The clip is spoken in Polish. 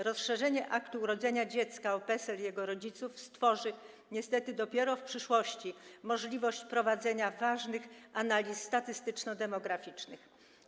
Rozszerzenie aktu urodzenia dziecka o PESEL jego rodziców stworzy niestety dopiero w przyszłości możliwość prowadzenia ważnych analiz statystyczno-demograficznych.